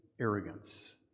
arrogance